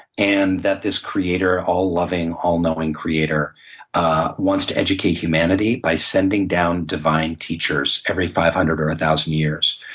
and that this creator all loving, all knowing creator wants to educate humanity by sending down divine teachers every five hundred or one thousand years.